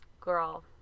girl